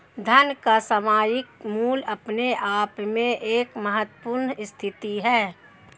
धन का सामयिक मूल्य अपने आप में एक महत्वपूर्ण स्थिति है